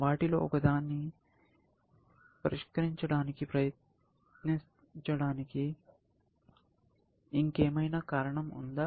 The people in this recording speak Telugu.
వాటిలో ఒకదాన్ని పరిష్కరించడానికి ప్రయత్నించడానికి ఇంకేమైనా కారణం ఉందా